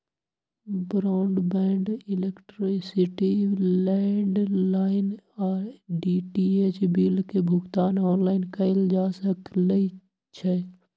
broadband, electricity, landline आऽ DTH bill के भुगतान ऑनलाइन कएल जा सकइ छै